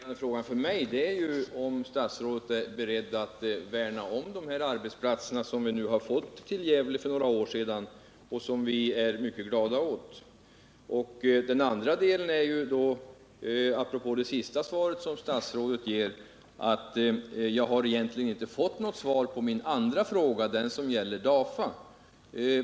Herr talman! Den grundläggande frågan för mig är om statsrådet är beredd att värna om de arbetsplatser vi fick i Gävle för några år sedan och som vi är mycket glada åt. Att döma av statsrådets senaste påpekande har jag egentligen inte fått något svar på min andra fråga — den som gäller DAFA.